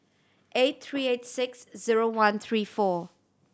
eight three eight six zero one three four